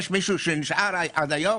יש מישהו שנשאר עד היום?